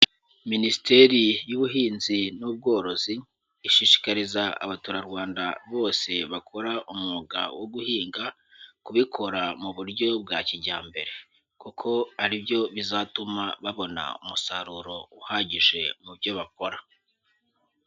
Minisiteri y'ubuhinzi n'ubworozi, ishishikariza Abaturarwanda bose bakora umwuga wo guhinga, kubikora mu buryo bwa kijyambere, kuko ari byo bizatuma babona umusaruro uhagije mu byo bakora.